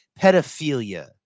pedophilia